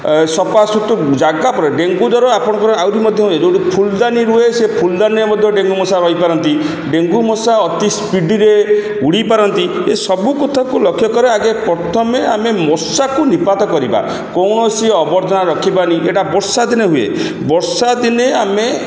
ସଫା ଜାଗା ପରେ ଡେଙ୍ଗୁ ଜ୍ୱର ଆପଣଙ୍କର ଆହୁରି ମଧ୍ୟ ହୁଏ ଯେଉଁଠି ଫୁଲଦାନି ରୁହେ ସେ ଫୁଲଦାନି ମଧ୍ୟ ଡେଙ୍ଗୁ ମଶା ରହିପାରନ୍ତି ଡେଙ୍ଗୁ ମଶା ଅତି ସ୍ପିଡ଼ିରେ ଉଡ଼ିପାରନ୍ତି ଏସବୁ କଥାକୁ ଲକ୍ଷ୍ୟ କରେ ଆଗେ ପ୍ରଥମେ ଆମେ ମଶାକୁ ନିପାତ କରିବା କୌଣସି ଆବର୍ଜନା ରଖିବାନି ଏଇଟା ବର୍ଷା ଦିନେ ହୁଏ ବର୍ଷା ଦିନେ ଆମେ